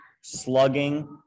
slugging